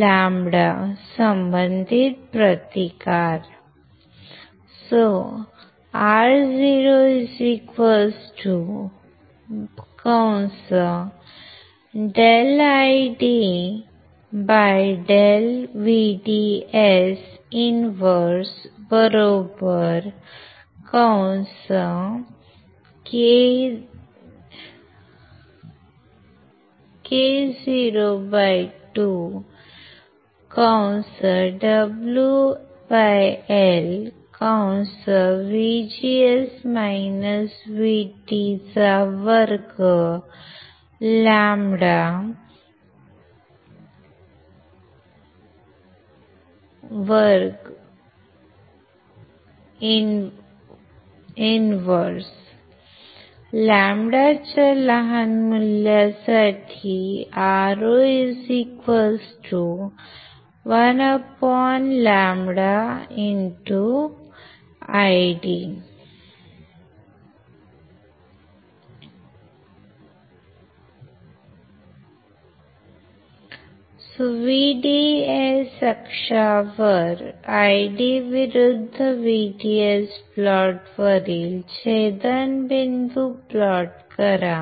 λ संबंधित प्रतिकार ro ∂ID∂VDS 1 kn2WL2λ 1 λ च्या लहान मूल्यांसाठी ro 1λID VDS अक्षावर ID विरुद्ध VDS प्लॉटवरील छेदनबिंदू प्लॉट करा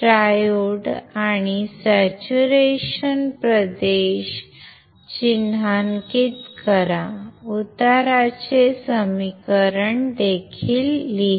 ट्रायोड आणि साचू रेशन संतृप्ति प्रदेश चिन्हांकित करा उताराचे समीकरण देखील लिहा